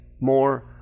more